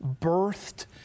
birthed